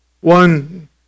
One